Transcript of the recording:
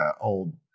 old